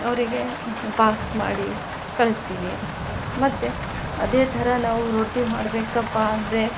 ಅವರಿಗೆ ಬಾಕ್ಸ್ ಮಾಡಿ ಕಳಿಸ್ತೀವಿ ಮತ್ತು ಅದೇ ಥರ ನಾವು ರೊಟ್ಟಿ ಮಾಡಬೇಕಪ್ಪಾ ಅಂದರೆ